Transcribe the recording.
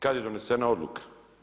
Kada je donesena odluka?